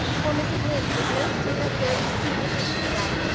for mrs. lynde was no sooner fairly seated than she said,